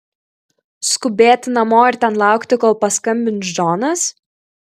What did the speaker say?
skubėti namo ir ten laukti kol paskambins džonas